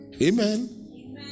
Amen